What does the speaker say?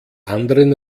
anderen